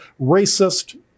racist